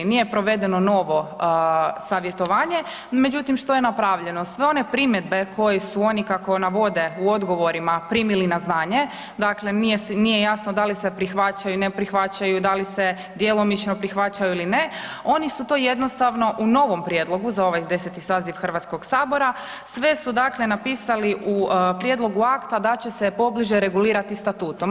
Nije provedeno novo savjetovanje, međutim što je napravljeno, sve one primjedbe koje su oni kako navode u odgovorima primili na znanje, dakle nije jasno da li se prihvaćaju, ne prihvaćaju, da li se djelomično prihvaćaju ili ne, oni su to jednostavno u novom prijedlogu za ovaj 10. saziv Hrvatskog sabora, sve su dakle napisali u prijedlogu akta da će se pobliže regulirati statutom.